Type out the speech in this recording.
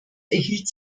erhielt